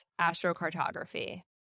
astrocartography